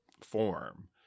form